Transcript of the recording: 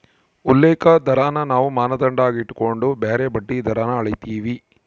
ಉಲ್ಲೇಖ ದರಾನ ನಾವು ಮಾನದಂಡ ಆಗಿ ಇಟಗಂಡು ಬ್ಯಾರೆ ಬಡ್ಡಿ ದರಾನ ಅಳೀತೀವಿ